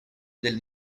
del